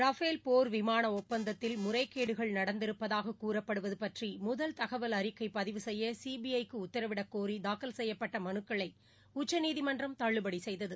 Rafale போர் விமானஒப்பந்தத்தில் முறைகேடுகள் நடந்திருப்பதாககூறப்படுவதுபற்றிமுதல் தகவல் அறிக்கையதிவு செய்யசிபிஐக்குஉத்தரவிடக் கோரிதாக்கல் செய்யப்பட்டமனுக்களைஉச்சநீதிமன்றம் தள்ளுபடிசெய்தது